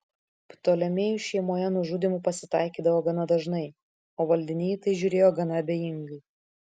ptolemėjų šeimoje nužudymų pasitaikydavo gana dažnai o valdiniai į tai žiūrėjo gana abejingai